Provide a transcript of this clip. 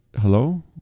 Hello